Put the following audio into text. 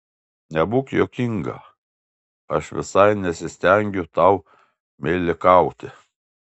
nebūk juokinga aš visai nesistengiu tau meilikauti